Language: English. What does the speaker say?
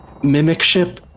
mimicship